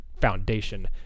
foundation